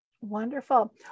Wonderful